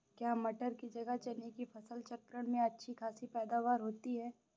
क्या मटर की जगह चने की फसल चक्रण में अच्छी खासी पैदावार होती है?